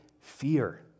fear